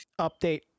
update